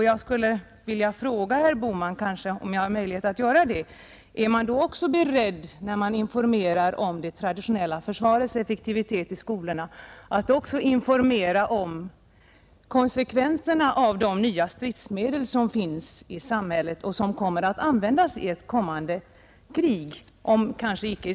Jag skulle vilja fråga herr Bohman: När man i skolorna informerar barn och ungdom om det traditionella försvarets effektivitet, är man då också beredd att informera dem om konsekvenserna av de nya stridsmedel som numera finns i världen och som kan komma att användas i ett kommande krig?